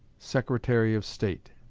secretary of state.